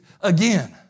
again